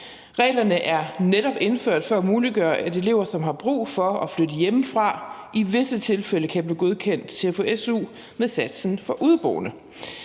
Reglerne er netop indført for at muliggøre, at elever, som har brug for at flytte hjemmefra, i visse tilfælde kan blive godkendt til at få su med satsen for udeboende.